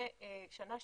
ובשנה שעברה,